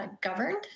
governed